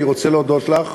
אני רוצה להודות לך,